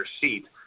seat